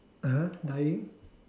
(uh huh) dying